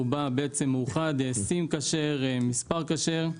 שהוא מגיע כמוצר מאוחד עם סים כשר ומספר כשר.